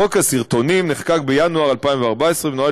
חוק הסרטונים נחקק בינואר 2014 ונועד